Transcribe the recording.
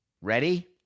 Ready